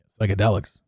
psychedelics